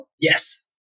Yes